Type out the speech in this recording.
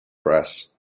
press